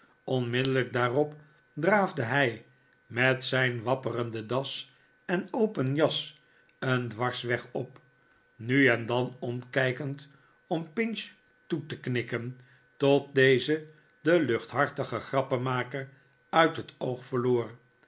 onmiddellijk daarop draafde hij met zijn wapperende das en open jas een dwarsweg op nu en dan omkijkend om pinch toe te knikken tot deze den luchthartigen grappenmaker uit het oog verloor